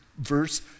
verse